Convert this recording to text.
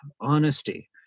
honesty